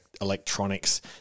electronics